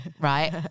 right